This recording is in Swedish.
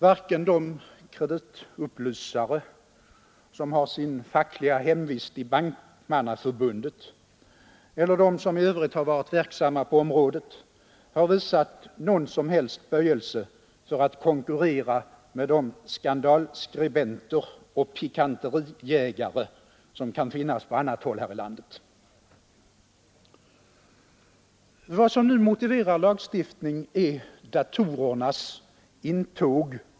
Varken de kreditupplysare som har sin fackliga hemvist i Bankmannaförbundet eller de som i övrigt har varit verksamma på området har visat någon som helst böjelse för att konkurrera med de skandalskribenter och pikanterijägare som kan finnas på annat håll här i landet. Vad som motiverar lagstiftning är datorernas intåg.